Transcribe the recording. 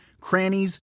crannies